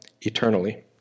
eternally